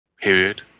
period